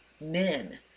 men